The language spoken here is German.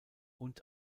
und